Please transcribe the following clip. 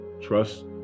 Trust